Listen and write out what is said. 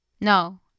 No